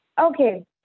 Okay